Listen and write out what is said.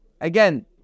Again